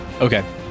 Okay